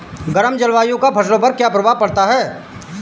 गर्म जलवायु का फसलों पर क्या प्रभाव पड़ता है?